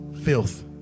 filth